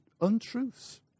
untruths